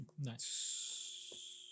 Nice